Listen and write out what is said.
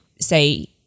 say